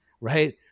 Right